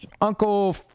Uncle